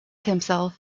himself